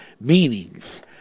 meanings